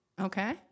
Okay